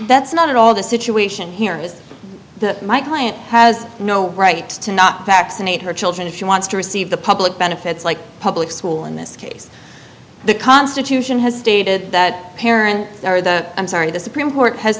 that's not at all the situation here is my client has no right to not vaccinate her children if she wants to receive the public benefits like public school in this case the constitution has stated that parent i'm sorry the supreme court has